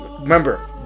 Remember